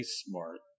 smart